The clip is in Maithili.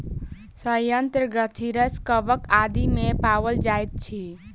सयंत्र ग्रंथिरस कवक आदि मे पाओल जाइत अछि